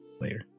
Later